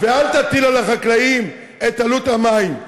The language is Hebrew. ואל תטילו על החקלאים את עלות המים.